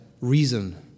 reason